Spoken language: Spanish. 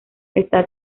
está